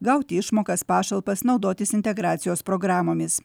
gauti išmokas pašalpas naudotis integracijos programomis